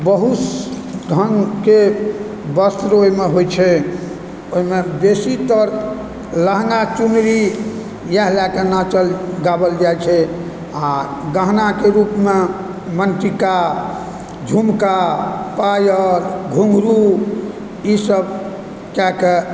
बहुत ढ़ङ्गके वस्त्र ओहिमे होइ छै ओहिमे बेसीतर लहङ्गा चुनरी इएह लए कऽ नाचल गावल जाइ छै आओर गहनाके रुपमे माँगटीका झुमका पायल घुङ्घरु ई सब कए कऽ